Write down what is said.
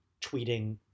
tweeting